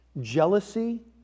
jealousy